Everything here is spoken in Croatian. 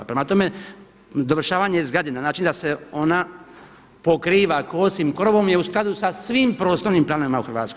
Prema tome, dovršavanje zgrade na način da se ona pokriva kosim krovom je u skladu sa svim prostornim planovima u Hrvatskoj.